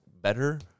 better